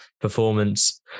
performance